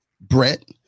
Brett